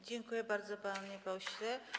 Dziękuję bardzo, panie pośle.